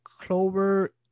Clover